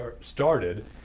started